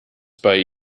bei